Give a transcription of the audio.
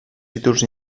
títols